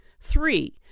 Three